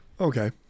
Okay